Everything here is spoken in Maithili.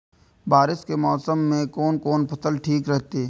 बारिश के मौसम में कोन कोन फसल ठीक रहते?